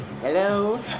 Hello